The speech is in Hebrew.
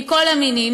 מכל המינים,